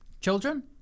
Children